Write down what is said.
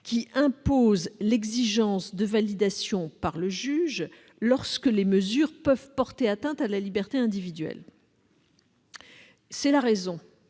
qui impose l'exigence de validation par le juge lorsque les mesures peuvent porter atteinte à la liberté individuelle. C'est la raison